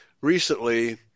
recently